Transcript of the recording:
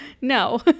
No